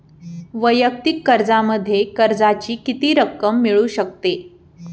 वैयक्तिक कर्जामध्ये कर्जाची किती रक्कम मिळू शकते?